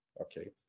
okay